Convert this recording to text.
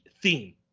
theme